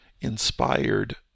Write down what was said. inspired